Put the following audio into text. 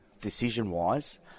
decision-wise